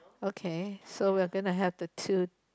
okay so we're gonna have the two